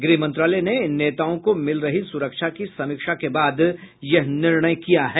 गृह मंत्रालय ने इन नेताओं को मिल रही सुरक्षा की समीक्षा के बाद यह निर्णय किया है